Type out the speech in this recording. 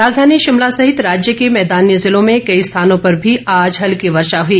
राजधानी शिमला सहित राज्य के मैदानी जिलों में कई स्थानों पर भी आज हल्की वर्षा हुई